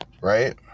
Right